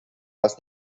was